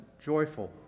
joyful